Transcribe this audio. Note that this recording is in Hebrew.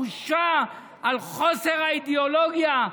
בושה על חוסר האידיאולוגיה,